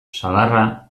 sagarra